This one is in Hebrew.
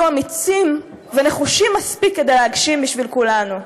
אמיצים ונחושים מספיק להגשים בשביל כולנו.